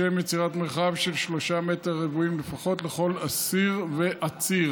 לשם יצירת מרחב מחיה של 3 מ"ר לפחות לכל אסיר ועציר.